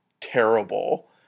terrible